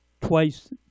twice